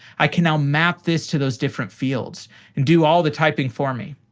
i can now map this to those different fields and do all the typing for me.